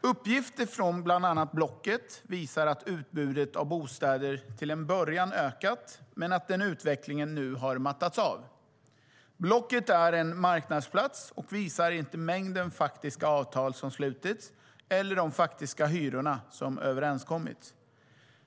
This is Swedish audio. Uppgifter från bland annat Blocket visar att utbudet av bostäder till en början ökat men att den utvecklingen nu har mattats av. Blocket är en marknadsplats och visar inte mängden faktiska avtal som slutits eller de faktiska hyror som överenskommits.